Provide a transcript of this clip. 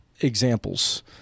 Examples